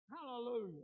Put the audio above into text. hallelujah